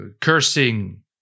cursing